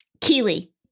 Keely